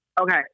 okay